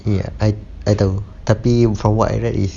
ya I I tahu tapi from what I read is